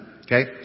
okay